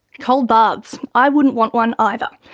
cold baths? i wouldn't want one either.